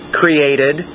created